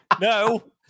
No